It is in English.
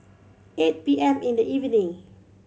eight P M in the evening